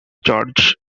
charge